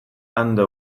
under